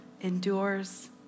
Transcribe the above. endures